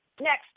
Next